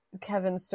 Kevin